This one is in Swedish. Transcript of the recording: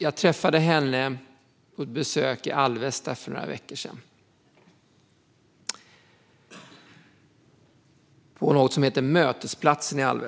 Jag träffade henne på ett besök i Alvesta för några veckor sedan på något som heter Mötesplats Centrum.